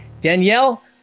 Danielle